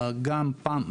גם פעם,